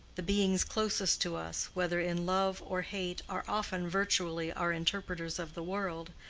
the beings closest to us, whether in love or hate, are often virtually our interpreters of the world,